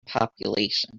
population